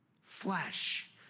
Flesh